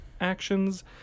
actions